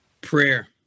prayer